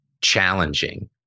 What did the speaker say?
challenging